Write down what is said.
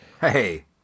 hey